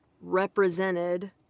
represented